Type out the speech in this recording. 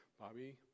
Bobby